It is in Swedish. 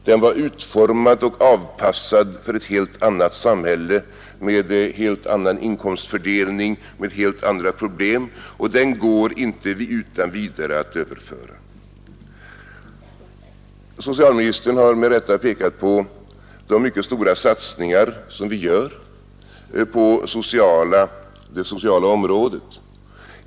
Den var utformad och avpassad för ett helt annat samhälle med en helt annan inkomstfördelning, med helt andra problem, och det går inte utan vidare att överföra den. Socialministern har med rätta pekat på de mycket stora satsningar som görs på det sociala området.